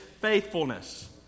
faithfulness